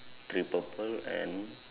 three purple and